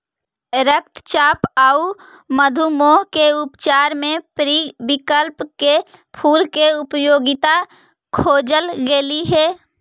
रक्तचाप आउ मधुमेह के उपचार में पेरीविंकल के फूल के उपयोगिता खोजल गेली हे